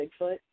Bigfoot